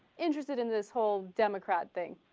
interested in this whole democrat thing